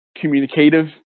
communicative